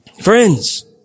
Friends